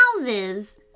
houses